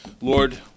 Lord